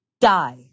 die